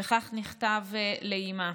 וכך נכתב לאמה: